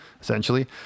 Essentially